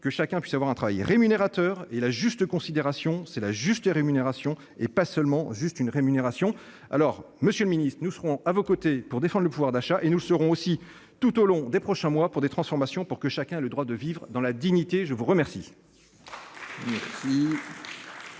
que chacun puisse avoir un travail rémunérateur. La juste considération, c'est la juste rémunération, et non pas juste une rémunération. Alors, monsieur le ministre, nous serons à vos côtés pour défendre le pouvoir d'achat. Nous le serons aussi, tout au long des prochains mois, pour mener d'autres transformations, afin que chacun ait le droit de vivre dans la dignité ! La parole